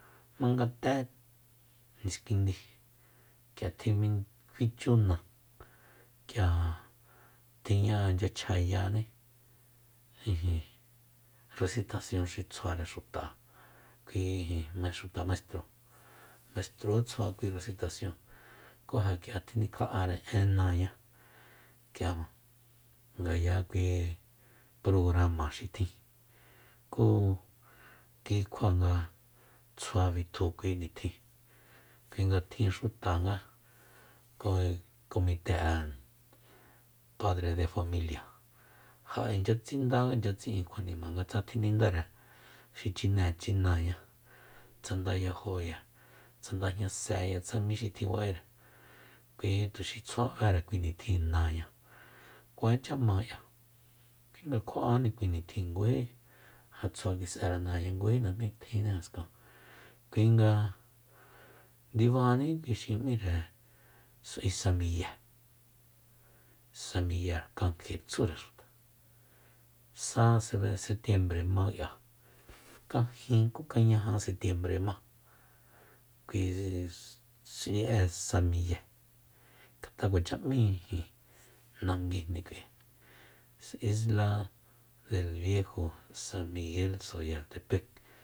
Jmanga té niskindi k'ia tjinmi fichu náa k'ia tiña ichya chjayaní resitasion xi tsjuare xuta kui ijin xuta maistro- maistro ysjua kui resitasion ku ja k'is tjinikja'are én náañá k'ia ngaya kui programa xi tjin ku kikjua nga tsjua bitju kui nitjin kuinga nga tjin xutangá koi- komite'a padredefamilia ja inchya tsinda inchya tsi'in kjuanima nga tjinindáre xi chunéechi náañá tsa ndayajoya tsa ndajña sýa tsa mí xi tjiba'ere kuinga tuxi tsjua b'ere kui nitjin náañá kuacha ma k'ia kuinga nga kjua'áni kui nitjin nguji ja tsjua kis'ere náñ'a najmí tjinní jaskan kuinga ndibani kui xi m'íre s'ui sa miye samiye rkange tsúre xuta sa setiembre ma k'ia kajin ku kañaja setiembre ma kui s'ui'e sa miye ngat'a kuacha m'í ijin nanguijni k'ui isla del viejo san miguel soyaltepec